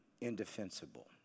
indefensible